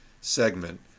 segment